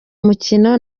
mukino